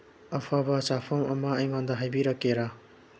ꯑꯐꯕ ꯆꯥꯐꯝ ꯑꯃ ꯑꯩꯉꯣꯟꯗ ꯍꯥꯏꯕꯤꯔꯛꯀꯦꯔꯥ